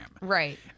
Right